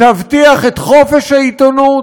תבטיח את חופש העיתונות,